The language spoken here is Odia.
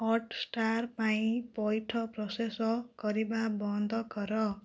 ହଟ୍ଷ୍ଟାର୍ ପାଇଁ ପଇଠ ପ୍ରୋସେସ୍ କରିବା ବନ୍ଦ କର